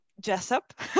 Jessup